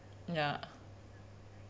ya